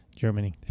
Germany